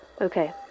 Okay